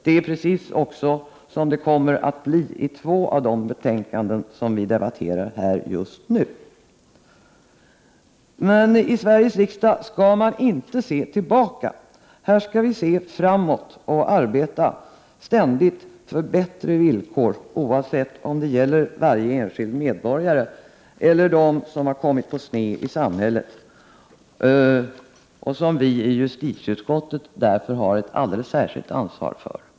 Det är precis också som det kommer att bli i två av de ärenden vi debatterar här just nu. Men i Sveriges riksdag skall man inte se tillbaka. Här skall vi se framåt och arbeta för ständigt bättre villkor, oavsett om det gäller varje enskild medborgare eller dem som kommit på sned i samhället och som vi i justitieutskottet därför har ett särskilt ansvar för.